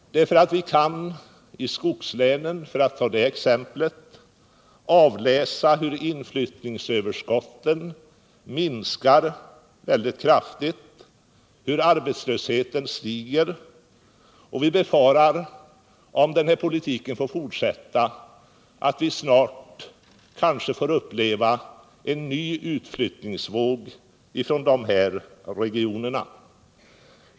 I exempelvis skogslänen kan vi avläsa hur inflyttningsöverskotten minskar kraftigt och hurarbetslösheten stiger. Vi befarar att vi, om denna politik får fortsätta, snart får uppleva en ny utflyttningsvåg från de här regionerna.